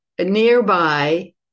nearby